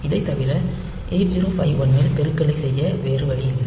இதை தவிர 8051 இல் பெருக்கலைச் செய்ய வேறு வழியில்லை